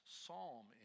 psalm